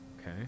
okay